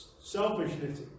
selfishness